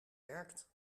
werkt